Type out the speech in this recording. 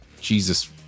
Jesus